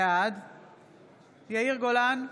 בעד יאיר גולן,